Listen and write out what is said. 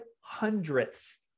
hundredths